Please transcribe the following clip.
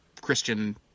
Christian